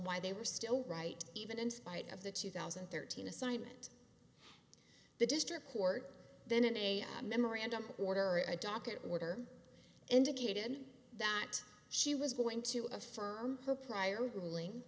why they were still right even in spite of the two thousand and thirteen assignment the district court then and a memorandum order of docket order indicated that she was going to affirm her prior ruling